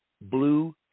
blue